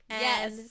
Yes